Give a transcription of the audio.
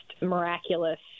miraculous